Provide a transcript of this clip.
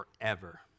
forever